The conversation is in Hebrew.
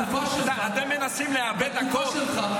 בתקופה שלך, אתם מנסים לאבד הכול?